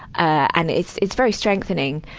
and it's it's very strengthening,